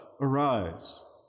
arise